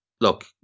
look